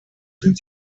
sind